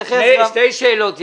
יש לנו שתי שאלות.